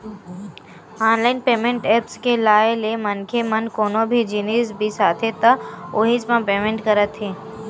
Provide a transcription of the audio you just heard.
online payment apps के आए ले मनखे मन कोनो भी जिनिस बिसाथे त उहींच म पेमेंट करत हे